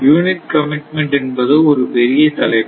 unit commitment என்பது ஒரு பெரிய தலைப்பு